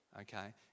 okay